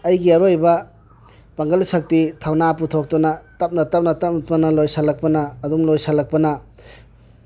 ꯑꯩꯒꯤ ꯑꯔꯣꯏꯕ ꯄꯥꯡꯒꯜ ꯁꯛꯇꯤ ꯊꯧꯅꯥ ꯄꯨꯊꯣꯛꯇꯨꯅ ꯇꯞꯅ ꯇꯞꯅ ꯇꯞꯅ ꯇꯞꯅ ꯂꯣꯏꯁꯤꯟꯂꯛꯄꯅ ꯑꯗꯨꯝ ꯂꯣꯏꯁꯤꯟꯂꯛꯄꯅ